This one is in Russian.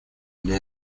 для